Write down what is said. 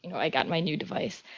you know i got my new device.